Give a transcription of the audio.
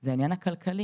זה העניין הכלכלי.